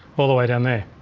all the way down there.